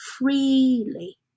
freely